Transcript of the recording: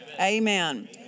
Amen